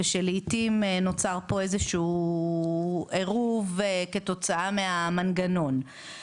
ושלעתים נוצר פה איזשהו עירוב כתוצאה מהמנגנון,